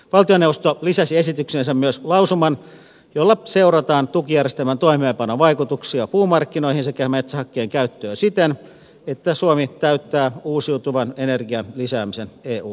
valtioneuvosto lisäsi esitykseensä myös lausuman jolla seurataan tukijärjestelmän toimeenpanon vaikutuksia puumarkkinoihin sekä metsähakkeen käyttöön siten että suomi täyttää uusiutuvan energian lisäämisen eu tavoitteet